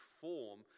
form